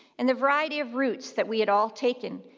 and the variety of routes that we had all taken.